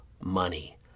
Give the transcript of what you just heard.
money